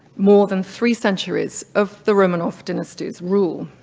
more than three centuries of the romanov dynasty's rule.